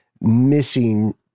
missing